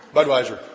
Budweiser